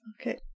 Okay